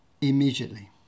immediately